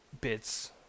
bits